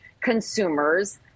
consumers